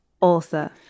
author